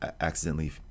accidentally